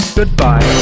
Goodbye